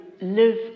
Live